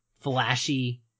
flashy